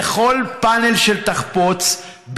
לכל פאנל שתחפוץ,